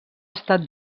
estat